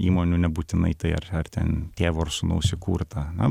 įmonių nebūtinai tai ar ten tėvo ar sūnaus įkurta na